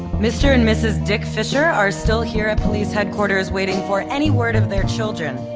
mr. and mrs. dick fisher are still here at police headquarters waiting for any word of their children.